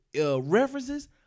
references